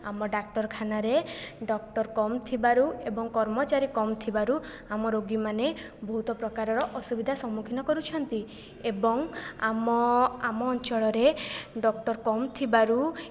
ଆମ ଡାକ୍ତରଖାନାରେ ଡକ୍ଟର କମ୍ ଥିବାରୁ ଏବଂ କର୍ମଚାରୀ କମ୍ ଥିବାରୁ ଆମ ରୋଗୀମାନେ ବହୁତ ପ୍ରକାରର ଅସୁବିଧା ସମ୍ମୁଖୀନ କରୁଛନ୍ତି ଏବଂ ଆମ ଆମ ଅଞ୍ଚଳରେ ଡକ୍ଟର କମ୍ ଥିବାରୁ